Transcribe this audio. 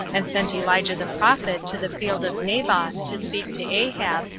and sent elijah the prophet to the field of naboth, to speak to ahab,